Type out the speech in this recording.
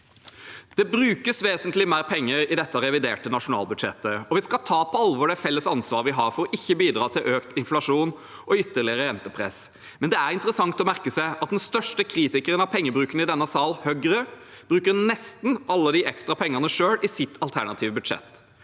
Det brukes vesentlig mer penger i dette reviderte nasjonalbudsjettet, og vi skal ta på alvor det felles ansvaret vi har for ikke å bidra til økt inflasjon og ytterligere rentepress. Det er interessant å merke seg at den største kritikeren av pengebruken i denne sal, Høyre, bruker nesten alle de ekstra pengene selv i sitt alternative budsjett.